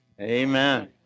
Amen